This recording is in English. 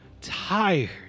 tired